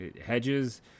Hedges